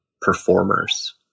performers